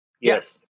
Yes